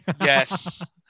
Yes